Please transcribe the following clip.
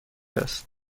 است